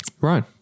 Right